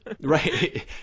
right